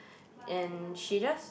and she just